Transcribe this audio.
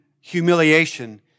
humiliation